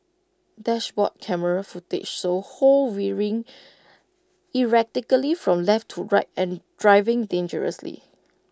dashboard camera footage shows ho veering erratically from left to right and driving dangerously